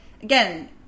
Again